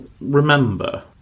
remember